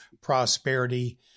Prosperity